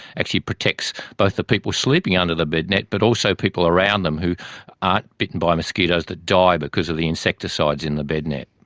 actually protects both the people sleeping under the bed net but also people around them who aren't bitten by mosquitoes that die because of the insecticides in the bed net.